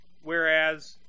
whereas